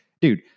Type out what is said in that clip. dude